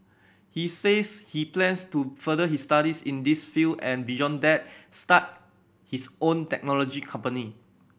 he says he plans to further his studies in this field and beyond that start his own technology company